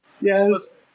Yes